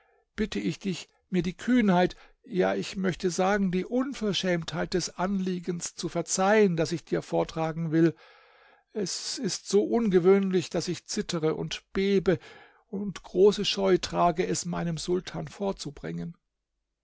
bitte ich dich mir die kühnheit ja ich möchte sagen die unverschämtheit des anliegens zu verzeihen das ich dir vortragen will es ist so ungewöhnlich daß ich zittere und bebe und große scheu trage es meinem sultan vorzubringen